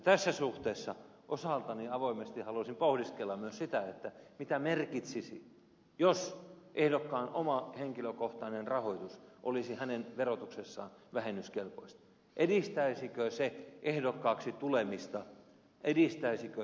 tässä suhteessa osaltani avoimesti haluaisin pohdiskella myös sitä mitä merkitsisi jos ehdokkaan oma henkilökohtainen rahoitus olisi hänen verotuksessaan vähennyskelpoista edistäisikö se ehdokkaaksi tulemista edistäisikö se kansalaisyhteiskuntaa